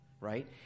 right